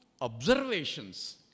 observations